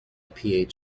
phd